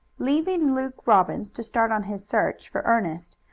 leaving luke robbins to start on his search for ernest,